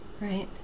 Right